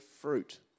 fruit